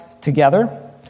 together